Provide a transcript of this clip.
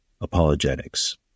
apologetics